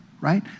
right